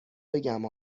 بگم